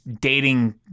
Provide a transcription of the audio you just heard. dating